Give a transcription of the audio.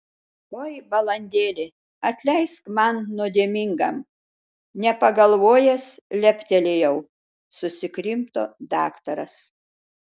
oi balandėli atleisk man nuodėmingam nepagalvojęs leptelėjau susikrimto daktaras